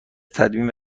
تدوین